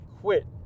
quit